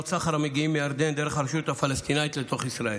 סחר המגיעים מירדן דרך הרשות הפלסטינית לתוך ישראל.